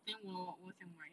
then 我我想买